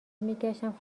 میگشتم